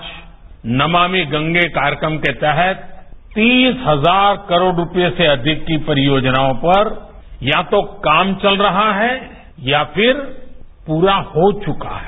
आज नमामि गंगे कार्यक्रम के तहत तीस हजार करोड़ रुपये से अधिक की परियोजनाओं पर या तो काम चल रहा है या फिर पूरा हो चुका है